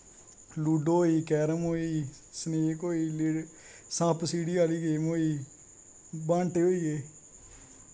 ludo होई carrom होई snake होई सांह सीढ़ी आह्ली गेम होई बांटे होईये